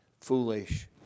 foolish